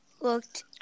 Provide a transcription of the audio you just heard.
looked